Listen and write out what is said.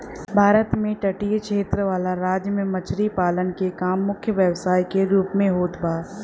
भारत के तटीय क्षेत्र वाला राज्य में मछरी पालन के काम मुख्य व्यवसाय के रूप में होत बा